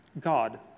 God